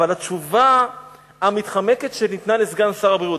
אבל התשובה המתחמקת שניתנה לסגן שר הבריאות,